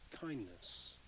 kindness